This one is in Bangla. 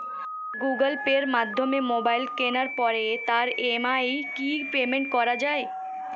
গুগোল পের মাধ্যমে মোবাইল কেনার পরে তার ই.এম.আই কি পেমেন্ট করা যায়?